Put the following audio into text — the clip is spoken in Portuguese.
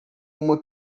uma